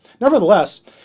Nevertheless